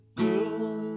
girl